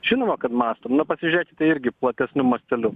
žinoma kad mąstom nu pasižiūrėkite irgi platesniu masteliu